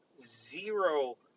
zero